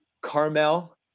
Carmel